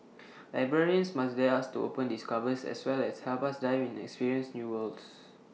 librarians must dare us to open these covers as well as help us dive in and experience new worlds